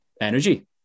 energy